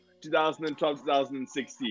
2012-2016